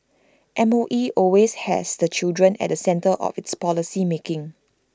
M O E always has the child at the centre of its policy making